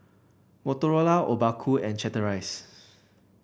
Motorola Obaku and Chateraise